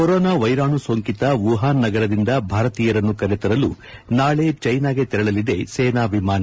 corona ವೈರಾಣು ಸೋಂಕಿತ Wuhan ನಗರದಿಂದ ಭಾರತೀಯರನ್ನು ಕರೆತರಲು ನಾಳೆ ಚೀನಾಗೆ ತೆರಳಲಿದೆ ಸೇನಾ ವಿಮಾನ